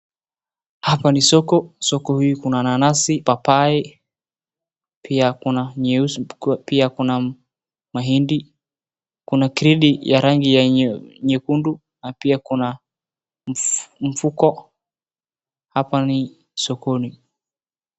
Hapa ni soko, soko hii kuna nanasi, papai pia kuna mahindi, kuna kreti ya rangi nyekundu na pia kuna mfuko, hapa ni sokoni.